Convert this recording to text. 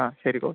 ആ ശരി കോച്ച്